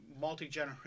multi-generational